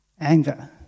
anger